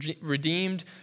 redeemed